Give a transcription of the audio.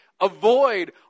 avoid